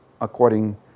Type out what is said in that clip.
according